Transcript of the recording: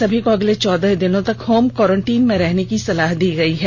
सभी को अगले चौदह दिनों तक होम क्वारैंटाइन में रहने की सलाह दी गयी है